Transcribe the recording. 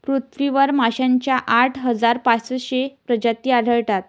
पृथ्वीवर माशांच्या आठ हजार पाचशे प्रजाती आढळतात